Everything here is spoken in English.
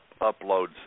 uploads